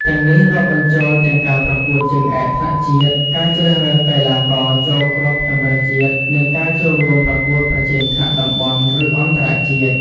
ទាំងនេះរាប់បញ្ចូលទាំងការប្រកួតជើងឯកថ្នាក់ជាតិ ការជ្រើសរើសកីឡាករចូលក្រុមជម្រើសជាតិ និងការចូលរួមប្រកួតប្រជែងថ្នាក់តំបន់ ឬអន្តរជាតិ។